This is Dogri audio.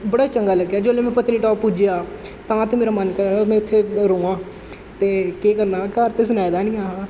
बड़ा चंगा लग्गेआ जोल्लै में पत्नीटाप पुज्जेआ तां ते मेरा मन करा दा में उत्थै र'वां ते केह् करना हा घर ते सनाए दा निं है हा